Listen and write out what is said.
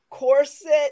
Corset